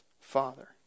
Father